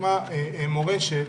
לדוגמה משרד מורשת,